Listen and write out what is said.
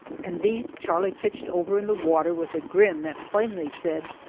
and these charlie pitched over in the water with a grin that plainly said,